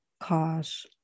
cause